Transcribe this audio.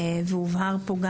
והובהר פה,